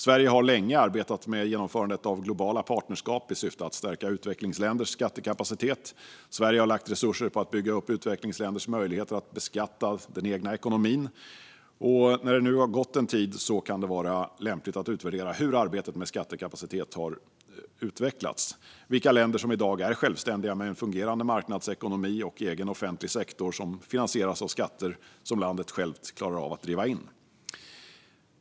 Sverige har länge arbetat med genomförandet av globala partnerskap i syfte att stärka utvecklingsländers skattekapacitet. Sverige har lagt resurser på att bygga upp utvecklingsländers möjligheter att beskatta den egna ekonomin. När det nu har gått en tid kan det vara lämpligt att utvärdera hur arbetet med skattekapacitet har utvecklats. Vilka länder är i dag självständiga med en fungerande marknadsekonomi och en egen offentlig sektor som finansieras av skatter som landet självt klarar av att driva in?